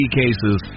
cases